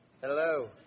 hello